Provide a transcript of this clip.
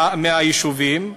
מהיישובים,